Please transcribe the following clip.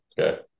Okay